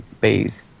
bees